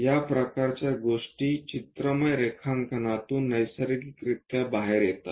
या प्रकारच्या गोष्टी चित्रमय रेखांकनातून नैसर्गिकरित्या बाहेर येतात